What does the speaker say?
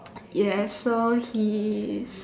yes so he's